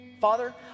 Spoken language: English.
Father